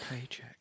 Paycheck